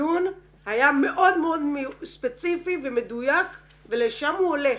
הדיון היה מאוד מאוד ספציפי ומדויק ולשם הוא הולך.